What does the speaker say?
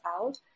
out